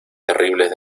terribles